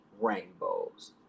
rainbows